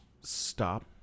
stop